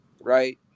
right